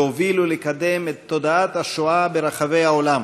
להוביל ולקדם את תודעת השואה ברחבי העולם,